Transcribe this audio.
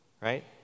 right